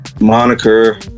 moniker